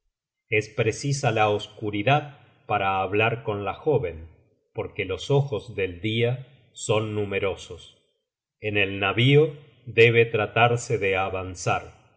es precisa la oscuridad para hablar con la jóven porque los ojos del dia son numerosos en el navío debe tratarse de avanzar